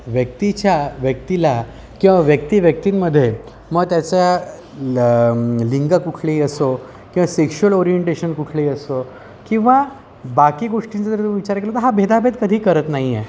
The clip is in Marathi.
व्यक्तीच्या व्यक्तीला किंवा व्यक्तीव्यक्तींमध्ये मग त्याचा लं लिंग कुठली असो किंवा सेक्शुअल ओरियेंटेशन कुठले असो किंवा बाकी गोष्टींचा विचार केला तर हा भेदाभेद कधी करत नाही आहे